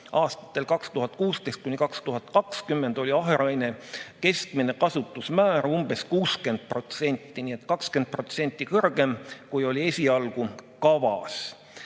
aastatel 2016–2020 oli aheraine keskmine kasutusmäär umbes 60%. Nii et 20% rohkem, kui oli esialgu kavas.